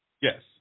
Yes